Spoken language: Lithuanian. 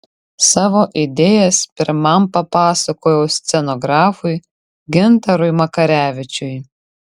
savo idėjas pirmam papasakojau scenografui gintarui makarevičiui